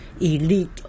elite